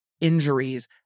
injuries